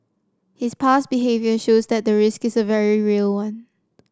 his past behaviour shows that the risk is a very real one